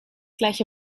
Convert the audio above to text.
gleiche